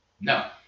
No